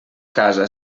casa